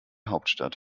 hauptstadt